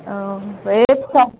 औ